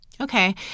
Okay